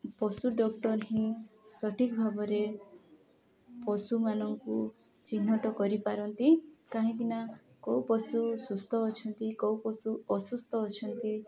ପଶୁ ଡକ୍ଟର ହିଁ ସଠିକ୍ ଭାବରେ ପଶୁମାନଙ୍କୁ ଚିହ୍ନଟ କରିପାରନ୍ତି କାହିଁକିନା କେଉଁ ପଶୁ ସୁସ୍ଥ ଅଛନ୍ତି କେଉଁ ପଶୁ ଅସୁସ୍ଥ ଅଛନ୍ତି